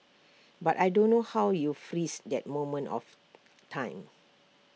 but I don't know how you freeze that moment of time